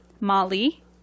Molly